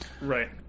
Right